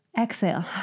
exhale